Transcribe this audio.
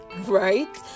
Right